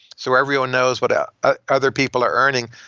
so everyone knows what ah ah other people are earning.